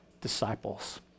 disciples